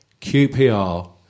QPR